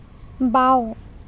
বাওঁ